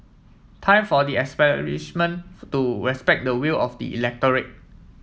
time for the to respect the will of the electorate